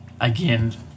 again